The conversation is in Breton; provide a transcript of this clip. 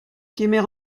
kemer